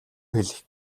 хэлэх